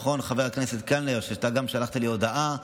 נכון, חבר הכנסת קלנר, גם אתה שלחת לי הודעה.